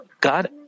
God